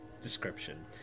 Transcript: description